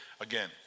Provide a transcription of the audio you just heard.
again